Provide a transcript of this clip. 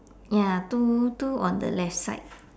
ya two two on the left side